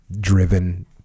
driven